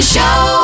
Show